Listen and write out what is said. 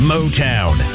Motown